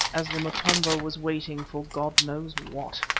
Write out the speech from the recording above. as the motombo was waiting for god knows what.